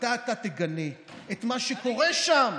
מתי אתה תגנה את מה שקורה שם?